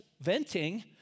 venting